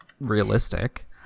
realistic